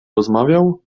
rozmawiał